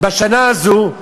בשנה הזו,